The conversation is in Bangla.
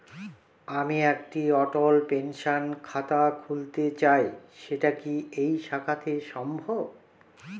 আমি একটি অটল পেনশন খাতা খুলতে চাই সেটা কি এই শাখাতে সম্ভব?